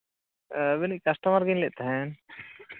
ᱟᱹᱵᱤᱱᱤᱡ customer ᱜᱤᱧ ᱞᱟᱹᱭᱮᱫ ᱛᱟᱦᱮᱱ